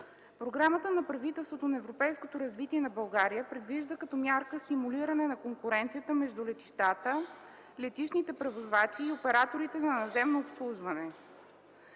Програмата на правителството за европейското развитие на България предвижда като мярка стимулиране на конкуренцията между летищата, летищните превозвачи и операторите на наземно обслужване.